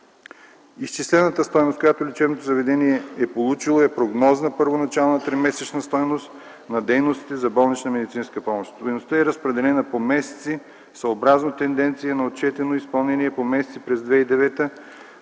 Изчислената стойност, която лечебното заведение е получило, е прогнозна първоначална тримесечна стойност на дейностите за болнична медицинска помощ. Стойността е разпределена по месеци, съобразно тенденция на отчетено изпълнение по месеци през 2009